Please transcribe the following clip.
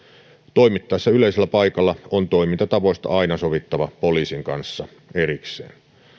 toimittaessa yleisellä paikalla on toimintatavoista aina sovittava poliisin kanssa erikseen